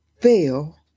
fail